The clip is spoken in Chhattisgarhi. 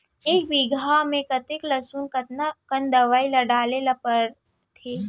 एक बीघा में कतेक लहसुन कतका कन दवई ल डाले ल पड़थे?